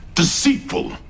Deceitful